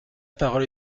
parole